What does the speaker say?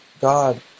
God